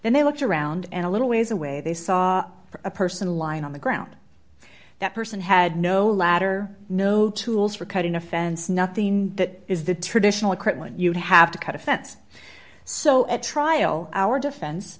then they looked around and a little ways away they saw a person lying on the ground that person had no ladder no tools for cutting a fence nothing that is the traditional equipment you'd have to cut a fence so at trial our defense